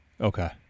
Okay